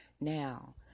Now